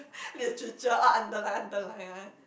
Literature all underline underline one